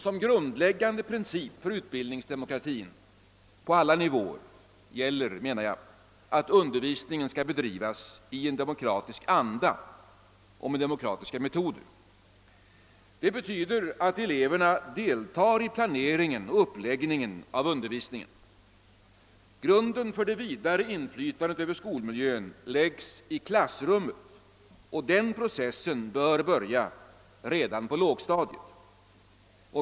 Som grundläggande princip för utbildningsdemokratin på alla nivåer gäller enligt min mening att undervisningen skall bedrivas i en demokratisk anda och med demokratiska metoder. Det betyder att ele verna deltar i planläggningen och uppläggningen av undervisningen. Grunden för det vidare inflytandet över skolmiljön läggs i klassrummet, och den processen bör börja redan på lågstadiet.